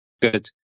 good